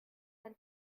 dann